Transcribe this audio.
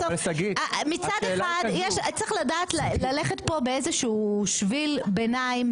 בסוף מצד אחד צריך לדעת ללכת פה באיזה שהוא שביל ביניים,